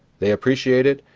they appreciate it,